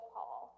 Paul